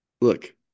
look